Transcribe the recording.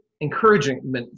encouragement